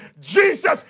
Jesus